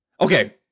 Okay